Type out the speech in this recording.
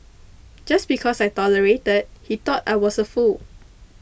just because I tolerated that he thought I was a fool